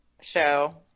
show